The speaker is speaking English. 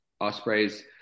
Ospreys